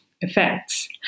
effects